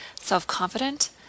self-confident